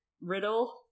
Riddle